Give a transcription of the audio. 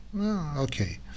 Okay